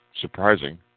surprising